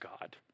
God